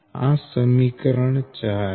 આ સમીકરણ 4 છે